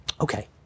okay